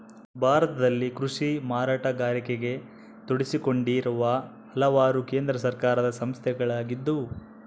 ಭಾರತದಲ್ಲಿ ಕೃಷಿ ಮಾರಾಟಗಾರಿಕೆಗ ತೊಡಗಿಸಿಕೊಂಡಿರುವ ಹಲವಾರು ಕೇಂದ್ರ ಸರ್ಕಾರದ ಸಂಸ್ಥೆಗಳಿದ್ದಾವ